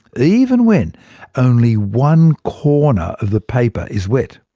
even when only one corner of the paper is wet.